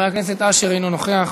אשר, אינו נוכח.